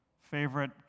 favorite